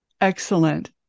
Excellent